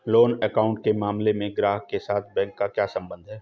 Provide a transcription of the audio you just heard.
Loan account के मामले में ग्राहक के साथ बैंक का क्या संबंध है?